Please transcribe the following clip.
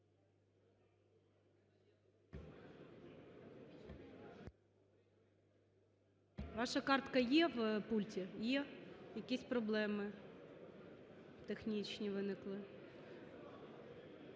Ваша картка є в пульті? Є. Якісь проблеми технічні виникли.